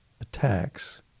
attacks